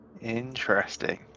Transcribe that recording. Interesting